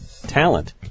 talent